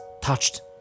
touched